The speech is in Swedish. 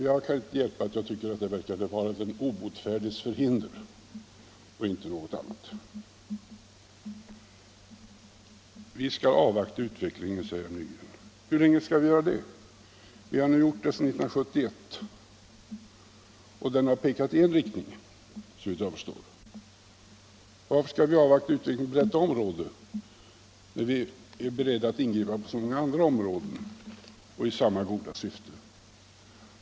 Jag kan inte hjälpa att jag tycker att det verkar vara fråga om den obotfärdiges förhinder och inte något annat. Vi skall avvakta utvecklingen, säger herr Nygren. Hur länge skall vi göra det? Vi har gjort det sedan 1971, och den har såvitt jag förstår klart pekat i en viss riktning. Varför skall vi avvakta utvecklingen på detta område när vi är beredda att ingripa i så många andra sammanhang i samma goda syfte?